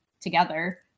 together